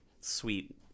sweet